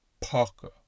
Parker